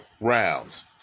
rounds